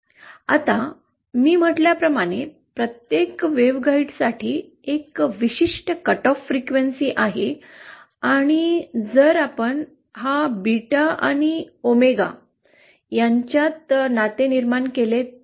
आता मी म्हटल्या प्रमाणे प्रत्येक वेव्हगाईडसाठी एक विशिष्ट कट ऑफ फ्रिक्वेन्सी आहे आणि जर आपण हा बीटा आणि ओमेगा यांच्यात नाते निर्माण केले तर